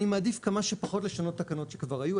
אני מעדיף שכמה שפחות לשנות תקנות שכבר היו,